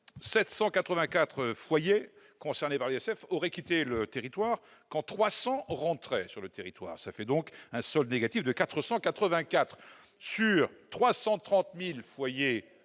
784 foyers concernés par l'ISF qui auraient quitté le territoire quand 300 rentraient sur le territoire. Cela fait donc un solde négatif de 484 sur 330 000 foyers